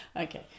okay